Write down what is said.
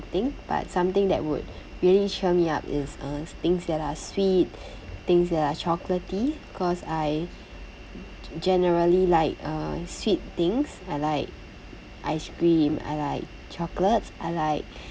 but something that would really cheer me up is uh things that are sweet things that are chocolatey cause I generally like uh sweet things I like ice cream I like chocolates I like